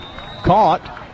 Caught